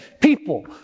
people